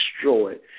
destroyed